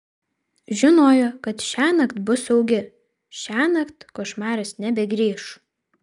žinojo kad šiąnakt bus saugi šiąnakt košmaras nebegrįš